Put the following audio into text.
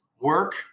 Work